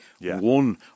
one